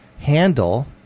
handle